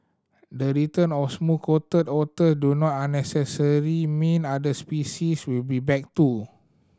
the return of smooth coated otter do not a necessary mean other species will be back too